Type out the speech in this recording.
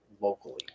locally